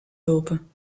lopen